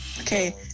Okay